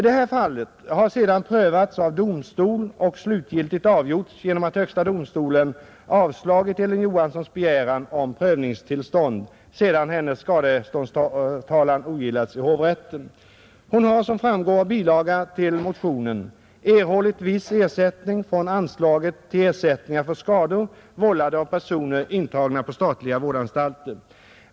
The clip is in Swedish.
Det här fallet har sedan prövats av domstol och slutgiltigt avgjorts genom att högsta domstolen avslagit Elin Johanssons begäran om prövningstillstånd, sedan hennes skadeståndstalan ogillats i hovrätten. Hon har, som framgår av bilaga till motionen, erhållit viss ersättning från anslaget till ersättningar för skador vållade av personer intagna på statliga vårdanstalter.